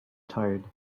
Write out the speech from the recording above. tired